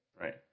Right